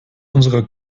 unserer